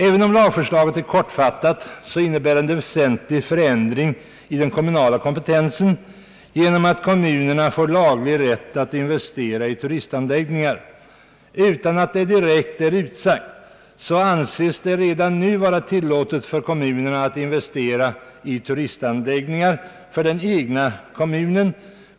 Även om lagförslaget är kortfattat innebär det en väsentlig förändring i den kommunala kompetensen, därigenom att kommunerna får laglig rätt att investera i turistanläggningar. Utan att detta är direkt utsagt, anses det redan nu vara tillåtet för kommunerna att investera i turistanläggningar för den egna kommunen.